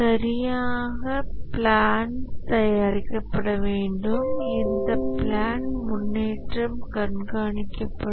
சரியான பிளான் தயாரிக்கப்பட வேண்டும் இந்த பிளான் முன்னேற்றம் கண்காணிக்கப்படும்